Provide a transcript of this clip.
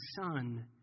Son